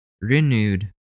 renewed